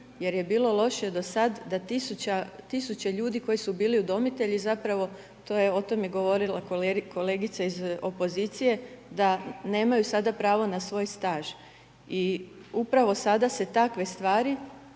jer je bilo loše do sada da tisuće ljudi koji su bili udomitelji zapravo to je, o tome je govorila kolegica iz opozicije, da nemaju sada pravo na svoj staž i upravo sada se takve stvari